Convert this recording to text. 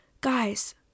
guys